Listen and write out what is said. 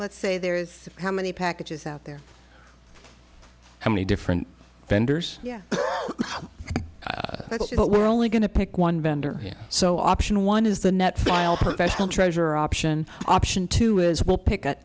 let's say there is how many packages out there how many different vendors yeah but we're only going to pick one vendor here so option one is the net file professional treasure option option two is we'll pick up